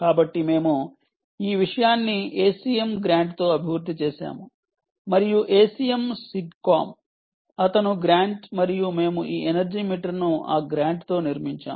కాబట్టి మేము ఈ విషయాన్ని ACM గ్రాంట్తో అభివృద్ధి చేసాము మరియు ACM సిగ్కామ్ అతను గ్రాంట్ మరియు మేము ఈ ఎనర్జీ మీటర్ను ఆ గ్రాంట్ తో నిర్మించాము